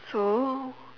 so